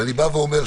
ואני אומר שוב: